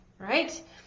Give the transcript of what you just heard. right